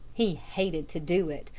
he hated to do it,